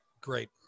Great